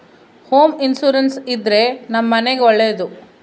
home insurance ಇದ್ರೆ ನಮ್ ಮನೆಗ್ ಒಳ್ಳೇದು